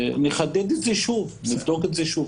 נחדד את זה שוב, נבדוק את זה שוב.